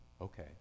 Okay